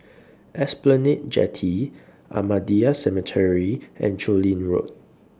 Esplanade Jetty Ahmadiyya Cemetery and Chu Lin Road